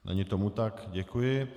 Není tomu tak, děkuji.